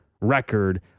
record